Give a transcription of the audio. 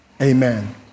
Amen